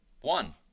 One